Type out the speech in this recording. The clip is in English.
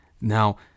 Now